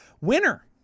Winner